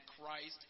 Christ